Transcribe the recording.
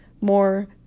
more